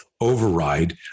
override